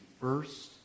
first